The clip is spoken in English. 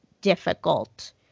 difficult